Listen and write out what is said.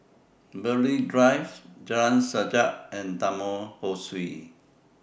Burghley Drive Jalan Sajak and Taman Ho Swee